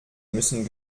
müssen